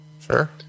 sure